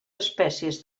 espècies